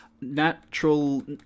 Natural